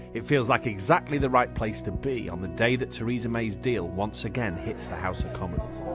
it feels like exactly the right place to be on the day that theresa may's deal once again hits the house of commons.